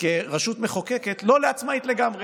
כרשות מחוקקת לא לעצמאית לגמרי.